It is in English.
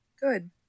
good